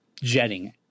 jetting